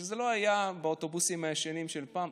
שזה לא היה באוטובוסים הישנים של פעם,